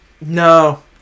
No